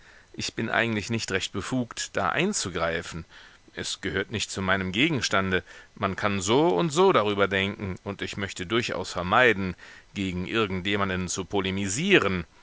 ich bin eigentlich nicht recht befugt da einzugreifen es gehört nicht zu meinem gegenstande man kann so und so darüber denken und ich möchte durchaus vermeiden gegen irgend jemanden zu polemisieren